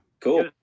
Cool